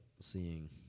seeing